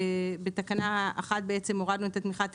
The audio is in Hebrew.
בתקנה 1 בעצם הורדנו את התמיכה הטכנית,